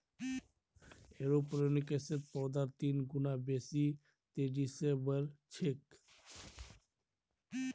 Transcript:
एरोपोनिक्सत पौधार तीन गुना बेसी तेजी स बढ़ छेक